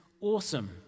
awesome